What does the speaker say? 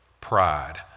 pride